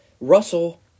Russell